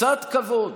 קצת כבוד,